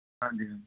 ਹਾਂਜੀ ਹਾਂਜੀ